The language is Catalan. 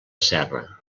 serra